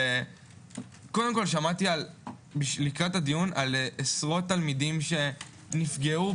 שמעתי לקראת הדיון על עשרות תלמידים שנפגעו,